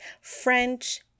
French